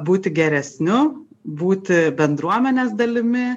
būti geresniu būti bendruomenės dalimi